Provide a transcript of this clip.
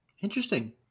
Interesting